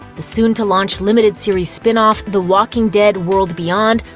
the soon-to-launch limited series spin-off the walking dead world beyond,